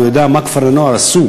ויודע מה כפרי-נוער עשו